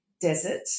desert